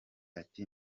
ati